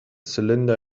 cylinder